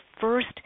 first